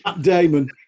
Damon